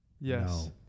Yes